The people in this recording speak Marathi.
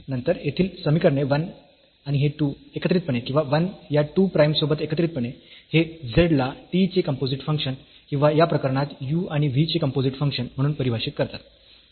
नंतर येथील समीकरणे 1 आणि हे 2 एकत्रितपणे किंवा 1 या 2 प्राईम सोबत एकत्रितपणे हे z ला t चे कम्पोझिट फंक्शन किंवा या प्रकरणात u आणि v चे कम्पोझिट फंक्शन म्हणून परिभाषित करतात